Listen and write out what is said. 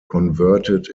converted